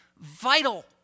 vital